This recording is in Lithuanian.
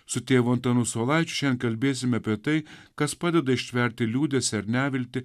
su tėvu antanu saulaičiu kalbėsime apie tai kas padeda ištverti liūdesį ir neviltį